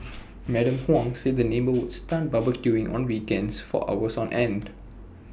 Madam Huang said the neighbour would start barbecuing on weekends for hours on end